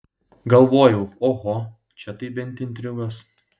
galvojau oho čia tai bent intrigos